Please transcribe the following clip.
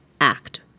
act